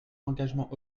engagements